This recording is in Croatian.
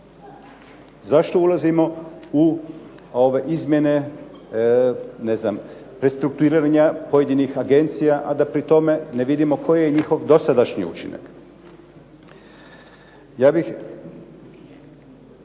Zašto ulazimo u izmjene ne znam restrukturiranja pojedinih agencija a da pri tome ne vidimo koji je njihov dosadašnji učinak? Ja bih